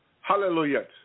Hallelujah